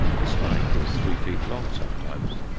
the spike is three feet long sometimes,